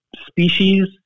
species